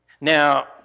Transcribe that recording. Now